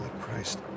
Christ